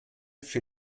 für